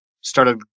started